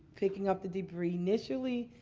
picking up the debris. initially,